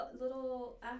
little